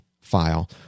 file